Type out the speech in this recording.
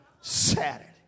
Saturday